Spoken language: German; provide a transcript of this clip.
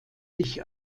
sich